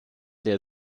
der